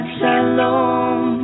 Shalom